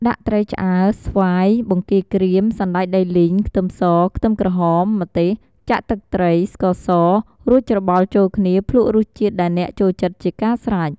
ដាក់ត្រីឆ្អើរ ស្វាយ បង្គាក្រៀម សណ្តែកដីលីង ខ្ទឹមស ខ្ទឹមក្រហម ម្ទេស ចាក់ទឹកត្រី ស្ករស រួចច្របល់ចូលគ្នាភ្លក់រសជាតិដែលអ្នកចូលចិត្តជាការស្រេច។